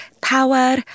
power